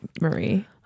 marie